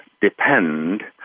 depend